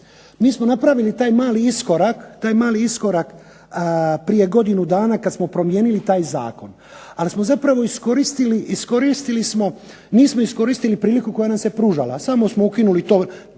Mi smo napravili taj mali iskorak prije godinu dana kad smo promijenili taj zakon, ali smo zapravo iskoristili, nismo iskoristili priliku koja nam se pružala. Samo smo ukinuli,